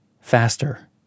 faster